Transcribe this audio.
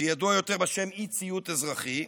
שידוע יותר בשם "אי-ציות אזרחי",